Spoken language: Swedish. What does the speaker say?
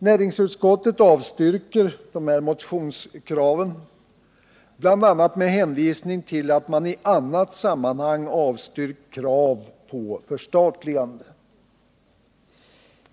Näringsutskottet avstyrker dessa motionskrav, bl.a. med hänvisning till att man i annat sammanhang avstyrkt krav på förstatligande.